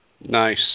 Nice